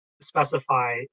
specify